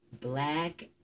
Black